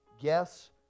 Guess